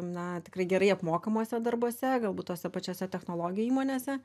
na tikrai gerai apmokamuose darbuose galbūt tose pačiose technologijų įmonėse